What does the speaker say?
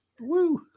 woo